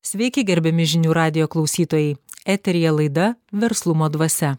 sveiki gerbiami žinių radijo klausytojai eteryje laida verslumo dvasia